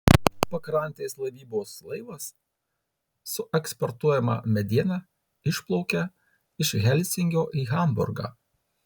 pakrantės laivybos laivas su eksportuojama mediena išplaukia iš helsinkio į hamburgą